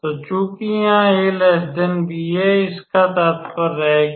तो चूंकि यहां से 𝑎 𝑏 है इसका तात्पर्य है कि